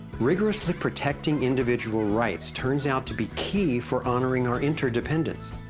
rigorously protecting individual rights turnes out to be key for honouring our interdependence.